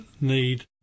need